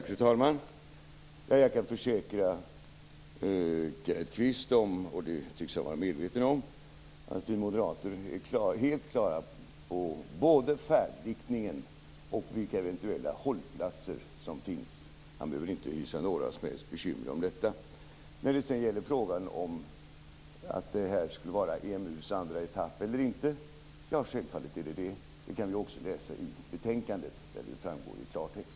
Fru talman! Jag kan försäkra Kenneth Kvist - och det tycks han vara medveten om - om att vi moderater är helt klara över både färdriktning och vilka eventuella hållplatser som finns. Han behöver inte ha några som helst bekymmer om detta. När det sedan gäller frågan om huruvida detta är EMU:s andra etapp eller inte är det sjävfallet så. Det kan vi också läsa i betänkandet, där det framgår i klartext.